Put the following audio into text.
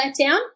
letdown